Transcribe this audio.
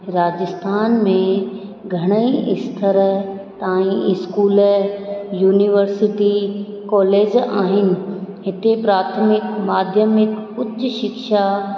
राजस्थान में घणेई स्थर ताईं स्कूल यूनीवर्सिटी कॉलेज आहिनि हिते प्राथमिक माध्यमिक उच्च शिक्षा